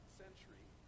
century